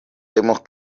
hemos